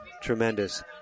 Tremendous